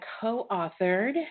co-authored